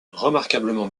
remarquablement